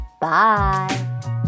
bye